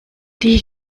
die